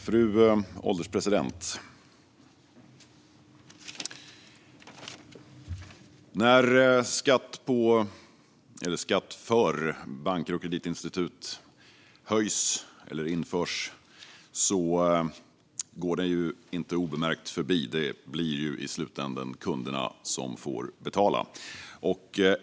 Fru ålderspresident! När skatt för banker och kreditinstitut höjs eller införs går den inte obemärkt förbi. Det blir i slutänden kunderna som får betala.